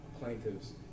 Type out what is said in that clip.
plaintiff's